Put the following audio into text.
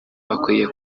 bakwiye